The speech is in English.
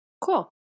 Cool